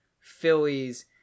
Phillies